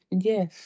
Yes